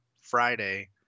Friday